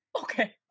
okay